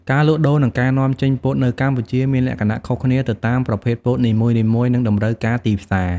ការលក់ដូរ និងការនាំចេញពោតនៅកម្ពុជាមានលក្ខណៈខុសគ្នាទៅតាមប្រភេទពោតនីមួយៗ និងតម្រូវការទីផ្សារ។